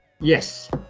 Yes